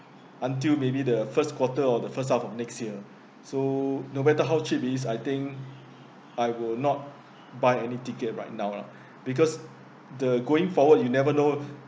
until maybe the first quarter or the first half of next year so no matter how cheap it is I think I will not buy any ticket right now lah because the going forward you never know